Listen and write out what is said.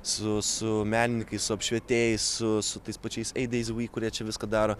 su su menininkais su apšvietėjai su tais pačiais eidezvyk kurie čia viską daro